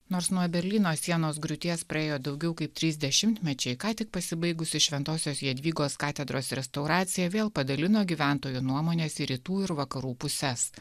nors nuo berlyno sienos griūties praėjo daugiau kaip trys dešimtmečiai ką tik pasibaigusius šventosios jadvygos katedros restauracija vėl padalino gyventojų nuomonės į rytų ir vakarų puses